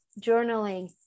journaling